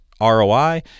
ROI